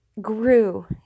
Grew